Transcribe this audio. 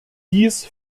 dies